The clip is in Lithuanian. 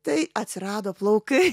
tai atsirado plaukai